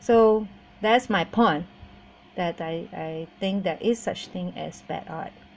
so that's my point that I I think there is such thing as bad art